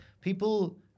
people